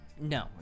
No